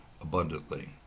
abundantly